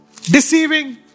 deceiving